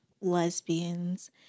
lesbians